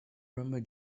remember